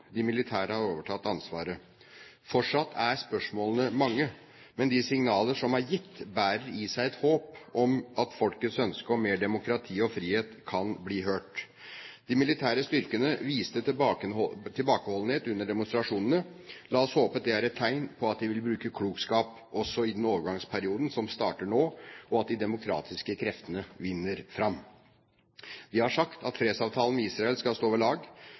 De militære har overtatt ansvaret. Fortsatt er spørsmålene mange, men de signaler som er gitt, bærer i seg et håp om at folkets ønske om mer demokrati og frihet kan bli hørt. De militære styrkene viste tilbakeholdenhet under demonstrasjonene. La oss håpe det er et tegn på at de vil bruke klokskap også i den overgangstidsperioden som starter nå, og at de demokratiske kreftene vinner fram. De har sagt at fredsavtalen med Israel skal stå ved lag.